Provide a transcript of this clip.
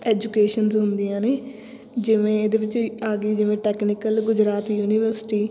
educations ਹੁੰਦੀਆਂ ਨੇ ਜਿਵੇਂ ਇਹਦੇ ਵਿੱਚ ਆ ਗਈ ਜਿਵੇਂ ਟੈਕਨੀਕਲ ਗੁਜਰਾਤ ਯੂਨੀਵਰਸਿਟੀ